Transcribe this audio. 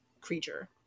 creature